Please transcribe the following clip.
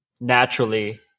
naturally